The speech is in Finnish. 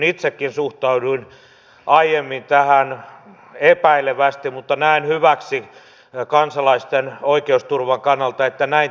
itsekin suhtauduin aiemmin tähän epäilevästi mutta näen hyväksi kansalaisten oikeusturvan kannalta että näin tapahtuu